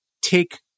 take